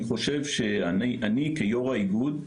אני חושב שאני כיו"ר האיגוד,